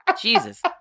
Jesus